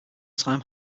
time